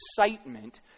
excitement